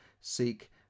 seek